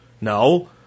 no